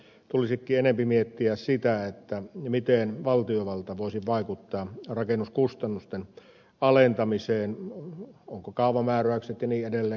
tulisikin enempi miettiä sitä miten valtiovalta voisi vaikuttaa rakennuskustannusten alentamiseen ovatko kaavamääräykset ja niin edelleen